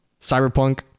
cyberpunk